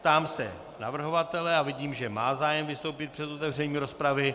Ptám se navrhovatele a vidím, že má zájem vystoupit před otevřením rozpravy.